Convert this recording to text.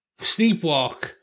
sleepwalk